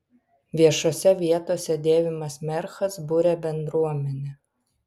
viešose vietose dėvimas merchas buria bendruomenę